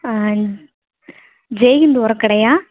ஜெய்ஹிந் உரக்கடையா